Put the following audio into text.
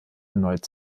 erneut